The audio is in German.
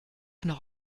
noch